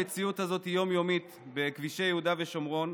המציאות הזאת היא יום-יומית בכבישי יהודה ושומרון.